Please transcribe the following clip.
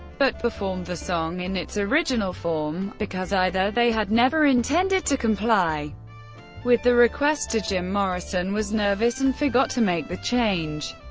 but performed the song in its original form, because either they had never intended to comply with the request or jim morrison was nervous and forgot to make the change.